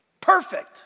perfect